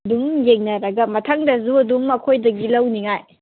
ꯑꯗꯨꯝ ꯌꯦꯡꯅꯔꯒ ꯃꯊꯪꯗꯁꯨ ꯑꯗꯨꯝ ꯑꯩꯈꯣꯏꯗꯒꯤ ꯂꯧꯅꯤꯡꯉꯥꯏ